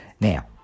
Now